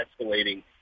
escalating